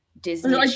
Disney